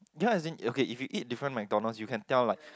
ya as in okay if you eat different McDonald's you can tell like